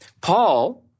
Paul